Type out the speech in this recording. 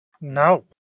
No